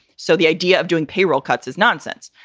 so the idea of doing payroll cuts is nonsense.